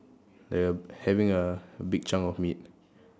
err having a big chunk of meat